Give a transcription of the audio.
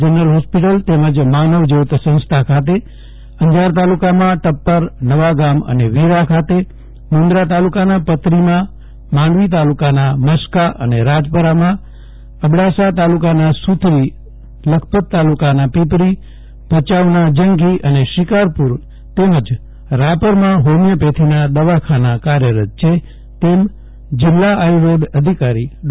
general hospital તેમજ માનવજ્યોત સંસ્થા ખાતે અંજાર તાલુકામાં ટપ્પર નવાગામ અને વીરા ખાતે મુંદરા તાલુકાના પત્રીમાં માંડવી તાલુકાના મસ્કા અને રાજપરમાં અબડાસા તાલુકાનાં સુથરી લખપત તાલુકાનાં પીપરી ભચાઉના જંગી અને શિકારપુર ખાતે તેમજ રાપરમાં જોમિયોપેથીના દવાખાના કાર્યરત છે તેમ જિલ્લા આયુર્વેદ અધિકારી ડો